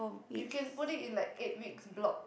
you can put it in like eight weeks block